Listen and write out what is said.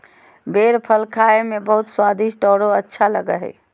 बेर फल खाए में बहुत स्वादिस्ट औरो अच्छा लगो हइ